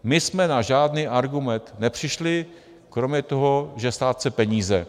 My jsme na žádný argument nepřišli, kromě toho, že stát chce peníze.